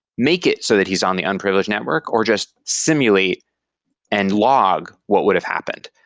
make it so that he's on the unprivileged network or just simulate and log what would've happened.